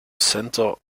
center